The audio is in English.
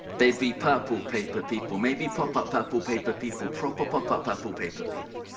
they'd be purple paper people. maybe pop-up purple paper people. proper pop-up purple paper people.